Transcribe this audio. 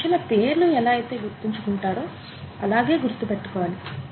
మనుషుల పేర్లు ఎలా అయితే గుర్తుంచుకుంటారో అలాగే గుర్తుపెట్టుకోవాలి